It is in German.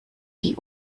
die